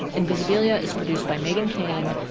invisibilia is produced by meghan keane,